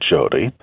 Jody